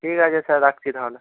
ঠিক আছে স্যার রাখছি তাহলে